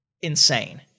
insane